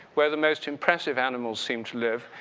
where the most impressive animals seem to live,